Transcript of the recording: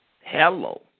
Hello